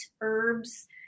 herbs